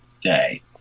Day